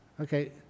Okay